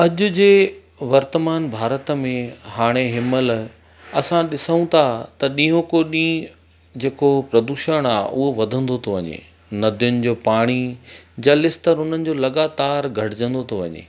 अॼ जे वर्तमान भारत में हाणे इहा महिल असां ॾिसूं था त ॾींहों को ॾींहं जेको प्रदूषण आहे उहो वधंदो थो वञे नदियुन जो पाणी जल स्तर उन्हनि जो लगातार घटिजंदो थो वञे